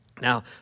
Now